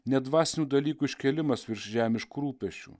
ne dvasinių dalykų iškėlimas virš žemiškų rūpesčių